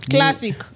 Classic